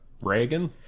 Reagan